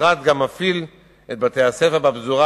המשרד גם מפעיל את בתי-הספר בפזורה